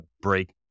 break